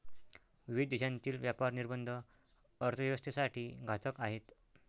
विविध देशांतील व्यापार निर्बंध अर्थव्यवस्थेसाठी घातक आहेत